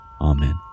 Amen